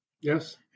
Yes